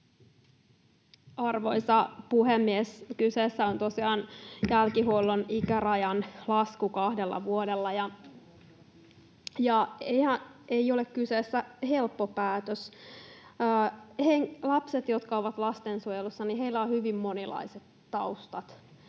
Arvoisa puhemies! Kyseessä on tosiaan jälkihuollon ikärajan lasku kahdella vuodella, ja ei ole kyseessä helppo päätös. Lapsilla, jotka ovat lastensuojelussa, on hyvin monenlaiset taustat.